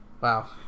Wow